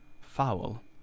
foul